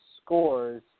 scores